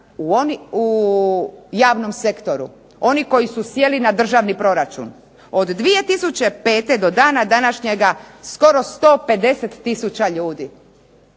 u javnom sektoru oni koji su sjeli na državni proračun. Od 2005. do današnjega skoro 150 tisuća ljudi.